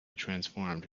transformed